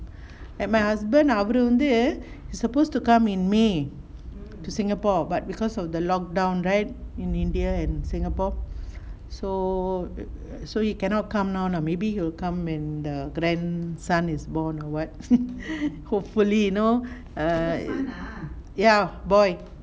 and my husband அவரு வந்து:avaaru vanthu he's suppose to come in may to singapore but because of the lock down right in india and singapore so so he cannot come down lah maybe he will come when the grand son is born or what hopefully you know err ya boy